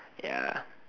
ya